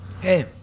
hey